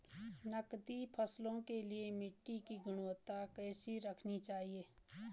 नकदी फसलों के लिए मिट्टी की गुणवत्ता कैसी रखनी चाहिए?